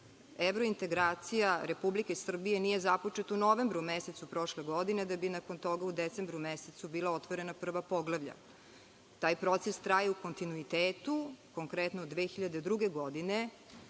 evrointegracija Republike Srbije nije započet u novembru mesecu prošle godine, da bi nakon toga, u decembru mesecu bila otvorena prva poglavlja. Taj proces traje u kontinuitetu, konkretno od 2002. godine,